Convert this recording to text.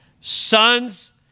sons